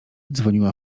dzwoniła